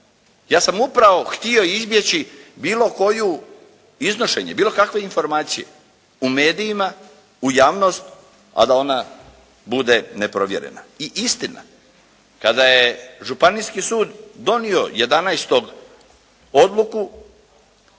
Ja sam upravo htio izbjeći bilo koju iznošenje, bilo kakve informacije u medijima u javnost, a da ona bude neprovjerena. I istina kada je Županijski sud donio jedanaestog